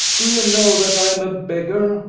do you know that i am a beggar?